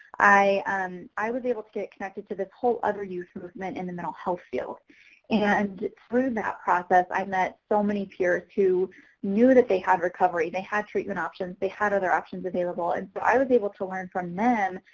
i um i was able get connected to this whole other youth movement in the mental health field and through that process i met so many peers who knew that they had recovery, they had treatment they had other options available, and so i was able to learn from them,